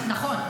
נכון,